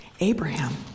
Abraham